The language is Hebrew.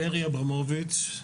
גרי אברמוביץ',